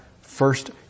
first